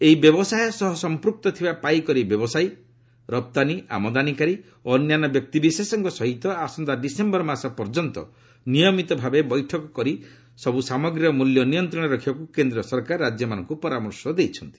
ଏହି ବ୍ୟବସାୟ ସହ ସଂପୃକ୍ତ ଥିବା ପାଇକାରୀ ବ୍ୟବସାୟୀ ରପ୍ତାନୀ ଆମଦାନୀକାରୀ ଓ ଅନ୍ୟାନ୍ୟ ବ୍ୟକ୍ତିବିଶେଷଙ୍କ ସହିତ ଆସନ୍ତା ଡିସେମ୍ବର ମାସ ପର୍ଯ୍ୟନ୍ତ ନିୟମିତ ଭାବେ ବୈଠକ କରି ଏସବୁ ସାମଗ୍ରୀର ମୂଲ୍ୟ ନିୟନ୍ତ୍ରଣରେ ରଖିବାକୁ କେନ୍ଦ୍ର ସରକାର ରାଜ୍ୟମାନଙ୍କୁ ପରାମର୍ଶ ଦେଇଛନ୍ତି